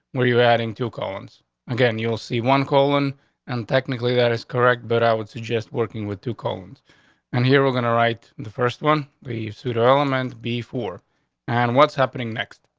were you adding to collins again? you'll see one colon and technically, that is correct. but i would suggest working with two columns and here we're going to write the first one. the pseudo element beef war on and what's happening next